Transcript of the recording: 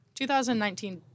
2019